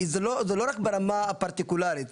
זה לא רק ברמה הפרטיקולרית.